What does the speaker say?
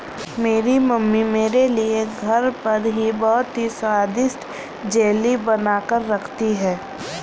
मेरी मम्मी मेरे लिए घर पर ही बहुत ही स्वादिष्ट जेली बनाकर रखती है